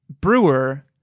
Brewer